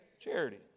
charity